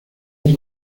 del